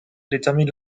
détermine